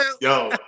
Yo